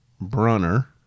Brunner